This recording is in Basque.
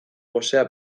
gosea